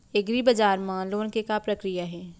एग्रीबजार मा लोन के का प्रक्रिया हे?